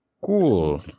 Cool